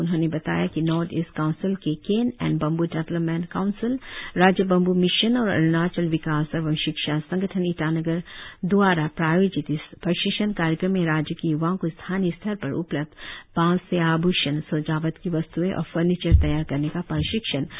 उन्होंने बताया कि नॉर्थ ईस्ट काउंसिल के cane and bamboo development council राज्य बंब् मिशन और अरुणाचल विकास एवं शिक्षा संगठन ईटानगर दवारा प्रायोजित इस प्रशिक्षण कार्यक्रम में राज्य की युवाओं को स्थानीय स्तर पर उपलब्ध बांस से आभूषण सजावट की वस्त्रएं और फर्निचर तैयार करने का प्रशिक्षण दिया जा रहा है